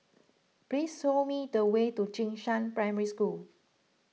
please saw me the way to Jing Shan Primary School